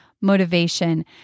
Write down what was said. motivation